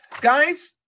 guys